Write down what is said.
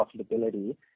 profitability